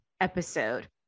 episode